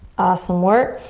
awesome work.